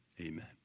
Amen